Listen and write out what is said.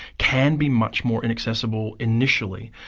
can be much more inaccessible initially.